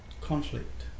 conflict